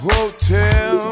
Hotel